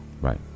Right